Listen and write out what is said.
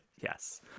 yes